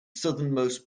southernmost